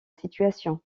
situation